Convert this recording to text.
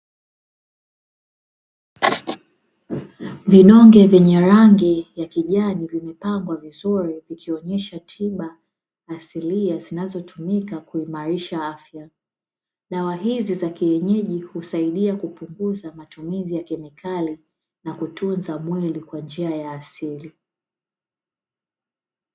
Vidonge vyenye rangi ya kijani vimepangwa vizuri vikionyesha tiba asilia zinazotumika kuimarisha afya. Dawa hizi za kienyeji husaidia kupunguza matumizi ya kemikali na kutunza mwili kwa njia ya asili.